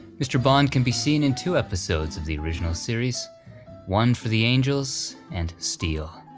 mr. bohn can be seen in two episodes of the original series one for the angels, and steel.